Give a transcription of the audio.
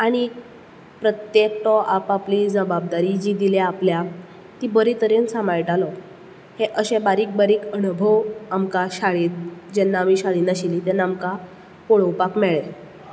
आनी प्रत्येकटो आपआपली जवाबदारी जी दिल्या आपल्याक ती बरेतरेन सांबाळटालो हे अशे बारीक बरीक अणभव आमकां शाळेंत जेन्ना आमी शाळेन आशिल्ली तेन्ना आमकां पळोवपाक मेळ्ळे